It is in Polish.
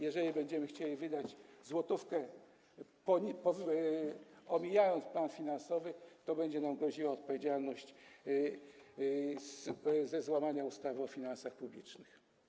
Jeżeli będziemy chcieli wydać złotówkę, omijając plan finansowy, to będzie nam groziła odpowiedzialność dotycząca złamania ustawy o finansach publicznych.